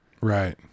right